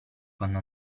quando